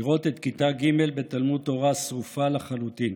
לראות את כיתה ג' בתלמוד תורה שרופה לחלוטין,